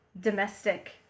domestic